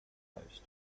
post